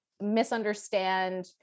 misunderstand